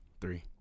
three